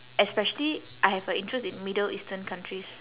especially I have a interest in middle eastern countries